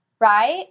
right